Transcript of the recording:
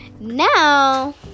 now